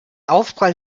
aufprall